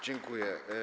Dziękuję.